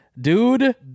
Dude